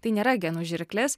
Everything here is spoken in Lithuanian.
tai nėra genų žirklės